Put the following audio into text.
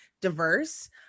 diverse